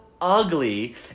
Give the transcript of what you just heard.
ugly